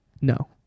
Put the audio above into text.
No